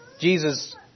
Jesus